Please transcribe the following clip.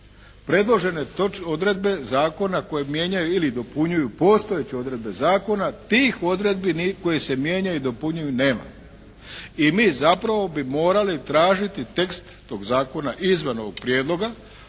predložene odredbe zakona koje mijenjaju ili dopunjuju postojeće odredbe zakona tih odredbi koje se mijenjaju i dopunjuju nema i mi zapravo bi morali tražiti tekst tog Zakona i izvan ovog Prijedloga